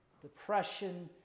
depression